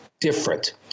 different